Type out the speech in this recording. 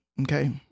Okay